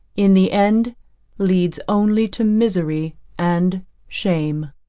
in the end leads only to misery and shame.